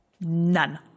None